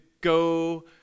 go